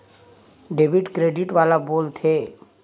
Debit credit काला बोल थे?